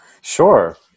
Sure